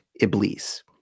Iblis